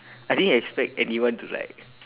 I didn't expect anyone to like